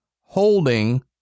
holding